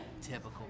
Typical